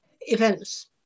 events